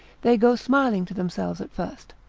they go smiling to themselves at first,